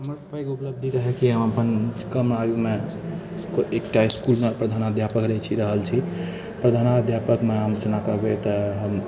हमर पैघ उपलब्धि रहै कि हम अपन कम आयुमे एकटा इसकुल मे प्रधानाध्यापक रहल छी प्रधानाध्यापकमे हम जेना कहबे तऽ हम